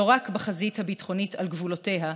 לא רק בחזית הביטחונית על גבולותיה,